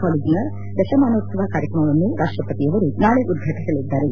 ಕಾಲೇಜಿನ ದಶಮಾನೋತ್ಪವ ಕಾರ್ಯಕ್ರಮವನ್ನು ರಾಷ್ಟ ಪತಿಯವರು ನಾಳಿ ಉದ್ಪಾಟಿಸಲಿದ್ದಾರೆ